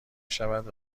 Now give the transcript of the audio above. شود